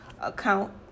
account